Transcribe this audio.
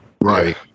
right